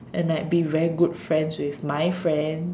and like be very good friends with my friend